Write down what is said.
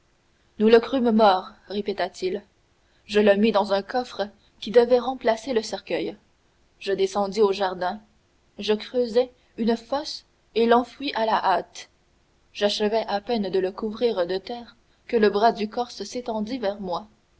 nous le crûmes mort répéta-t-il je le mis dans un coffre qui devait remplacer le cercueil je descendis au jardin je creusai une fosse et l'enfouis à la hâte j'achevais à peine de le couvrir de terre que le bras du corse s'étendit vers moi